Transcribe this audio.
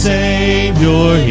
Savior